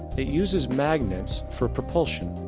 it uses magnets for propulsion.